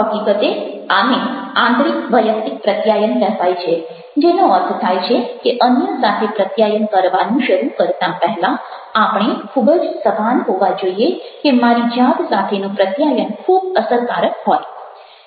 હકીકતે આને આંતરિક વૈયક્તિક પ્રત્યાયન કહેવાય છે જેનો અર્થ થાય છે કે અન્ય સાથે પ્રત્યાયન કરવાનું શરૂ કરતાં પહેલાં આપણે ખૂબ જ સભાન હોવા જોઈએ કે મારી જાત સાથેનું પ્રત્યાયન ખૂબ અસરકારક હોય